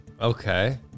Okay